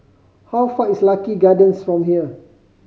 how far is Lucky Gardens from here